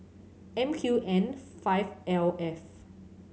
M Q N five L F